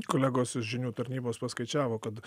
kolegos iš žinių tarnybos paskaičiavo kad